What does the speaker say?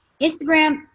Instagram